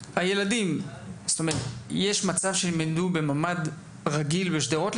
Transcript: יש מצב שהילדים ילמדו בממ"ד רגיל בשדרות,